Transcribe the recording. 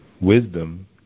Wisdom